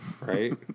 right